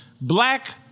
black